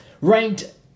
ranked